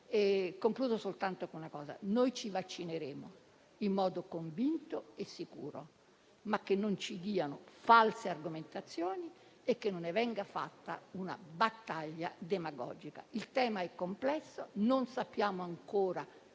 Concludo, Presidente, e la ringrazio. Noi ci vaccineremo, in modo convinto e sicuro; ma che non ci diano false argomentazioni e che non ne venga fatta una battaglia demagogica. Il tema è complesso, non sappiamo ancora